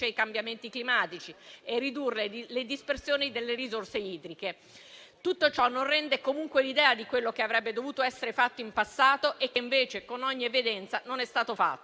ai cambiamenti climatici e ridurre le dispersioni delle risorse idriche. Tutto ciò non rende comunque l'idea di quello che avrebbe dovuto essere fatto in passato e che, invece, con ogni evidenza, non è stato fatto;